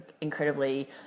incredibly –